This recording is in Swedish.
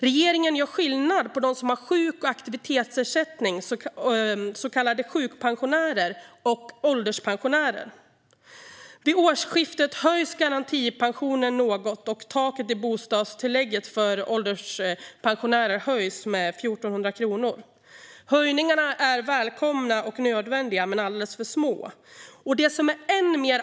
Regeringen gör skillnad på dem som har sjuk och aktivitetsersättning, så kallade sjukpensionärer, och ålderspensionärer. Vid årsskiftet höjs garantipensionen något, och taket i bostadstillägget för ålderspensionärer höjs med 1 400 kronor. Höjningarna är välkomna och nödvändiga men alldeles för små.